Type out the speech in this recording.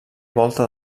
volta